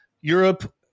Europe